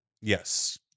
Yes